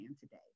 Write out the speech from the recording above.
today